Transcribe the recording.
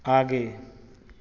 आगे